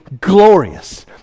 glorious